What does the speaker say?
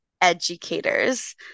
educators